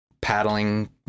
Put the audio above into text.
paddling